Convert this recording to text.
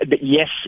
yes